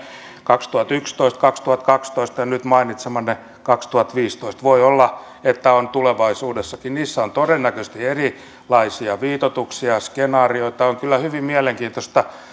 kaksituhattayksitoista kaksituhattakaksitoista ja nyt mainitsemananne vuonna kaksituhattaviisitoista voi olla että on tulevaisuudessakin niissä on todennäköisesti erilaisia viitoituksia skenaarioita tämä on kyllä hyvin mielenkiintoista